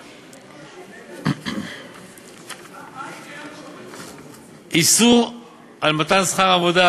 2. איסור על מתן שכר עבודה,